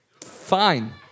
Fine